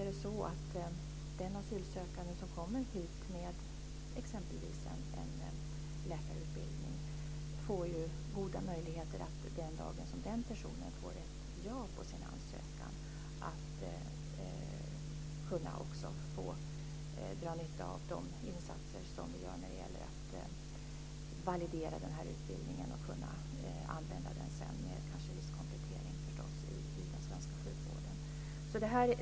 Den asylsökande som kommer hit med exempelvis en läkarutbildning får ju goda möjligheter, den dag som den personen får ett ja på sin ansökan, att dra nytta av de insatser vi gör när det gäller att validera utbildningen och sedan använda den med kanske viss komplettering i den svenska sjukvården.